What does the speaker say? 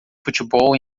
futebol